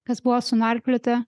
kas buvo sunarpliota